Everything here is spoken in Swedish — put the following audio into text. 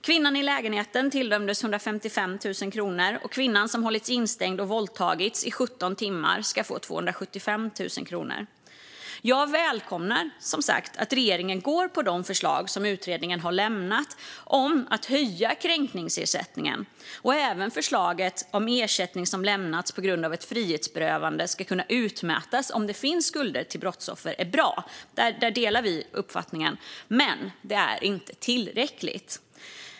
Kvinnan i lägenheten tilldömdes 155 000 kronor, och kvinnan som hållits instängd och våldtagits i 17 timmar får 275 000 kr. Jag välkomnar som sagt att regeringen går på de förslag som utredningen har lämnat om att höja kränkningsersättningen. Även förslaget om att ersättning som ges på grund av ett frihetsberövande ska kunna utmätas om det finns skulder till brottsoffer är bra, men det är inte tillräckligt.